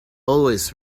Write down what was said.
always